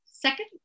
Second